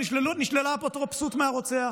נשללה האפוטרופסות מהרוצח.